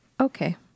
Okay